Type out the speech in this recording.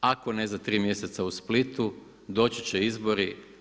Ako ne za tri mjeseca u Splitu doći će izbori.